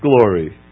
glory